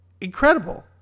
incredible